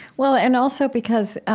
well, and also because,